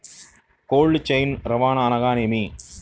Cold chain రవాణా అనగా నేమి?